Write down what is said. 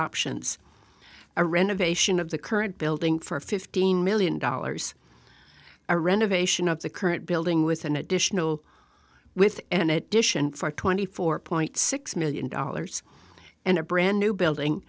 options a renovation of the current building for fifteen million dollars a renovation of the current building with an additional with an addition for twenty four point six million dollars and a brand new building